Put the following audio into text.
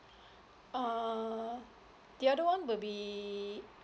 err the other one will be